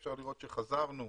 אפשר לראות שחזרנו